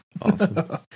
awesome